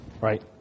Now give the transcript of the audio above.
right